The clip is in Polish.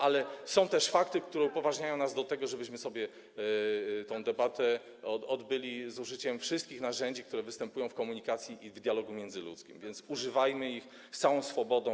Ale są też fakty, które upoważniają nas do tego, żebyśmy tę debatę odbyli z użyciem wszystkich narzędzi, które występują w komunikacji i w dialogu międzyludzkim, więc używajmy ich z całą swobodą.